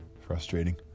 Frustrating